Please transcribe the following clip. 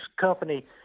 company